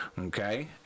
Okay